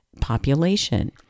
population